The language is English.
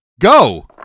Go